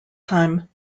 time